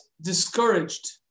discouraged